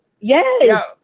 Yes